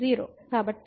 కాబట్టి ఇది ఇక్కడ 0